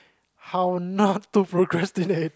how not to procrastinate